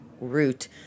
route